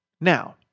Now